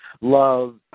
love